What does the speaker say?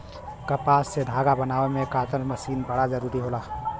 कपास से धागा बनावे में कताई मशीन बड़ा जरूरी होला